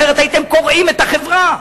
אחרת הייתם קורעים את החברה.